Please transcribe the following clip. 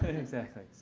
exactly.